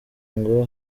ngo